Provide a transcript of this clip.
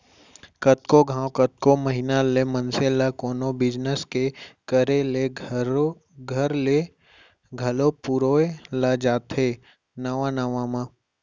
कतको घांव, कतको महिना ले मनसे ल कोनो बिजनेस के करे ले घर ले घलौ पुरोय ल पर जाथे नवा नवा म